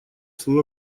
свою